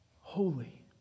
holy